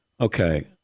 Okay